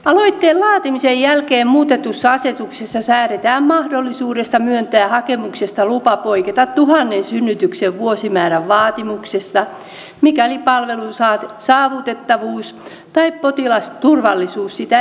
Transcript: aloitteen laatimisen jälkeen muutetussa asetuksessa säädetään mahdollisuudesta myöntää hakemuksesta lupa poiketa tuhannen synnytyksen vuosimäärän vaatimuksesta mikäli palvelun saavutettavuus tai potilasturvallisuus sitä edellyttää